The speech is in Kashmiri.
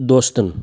دوستن